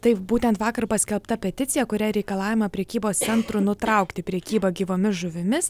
taip būtent vakar paskelbta peticija kuria reikalaujama prekybos centrų nutraukti prekybą gyvomis žuvimis